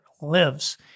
lives